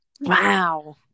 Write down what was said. Wow